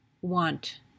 want